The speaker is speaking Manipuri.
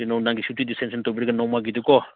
ꯀꯩꯅꯣ ꯅꯪꯒꯤ ꯁꯨꯇꯤꯗꯤ ꯁꯦꯡꯁꯟ ꯇꯧꯕꯤꯔꯒ ꯅꯣꯡꯃꯒꯤꯗꯤꯀꯣ